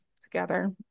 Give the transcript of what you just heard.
together